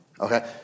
Okay